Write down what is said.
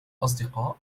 أصدقاء